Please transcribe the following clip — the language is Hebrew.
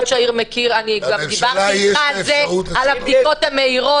אני דיברתי אתך על הבדיקות המהירות.